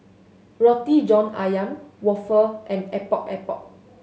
Roti John Ayam waffle and Epok Epok